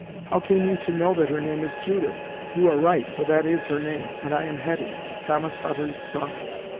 how came you to know that her name is judith? you are right, for that is her name and i am hetty thomas hutter's daughters.